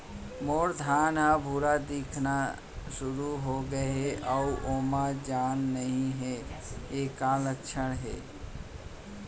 मोर धान ह भूरा दिखना शुरू होगे हे अऊ ओमा जान नही हे ये का के लक्षण ये?